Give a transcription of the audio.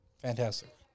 fantastic